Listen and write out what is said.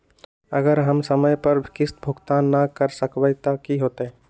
अगर हम समय पर किस्त भुकतान न कर सकवै त की होतै?